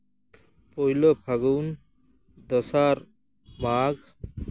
ᱯᱳᱭᱞᱳ ᱯᱷᱟᱹᱜᱩᱱ ᱫᱚᱥᱟᱨ ᱢᱟᱜᱽ